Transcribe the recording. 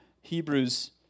Hebrews